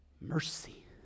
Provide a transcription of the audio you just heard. mercy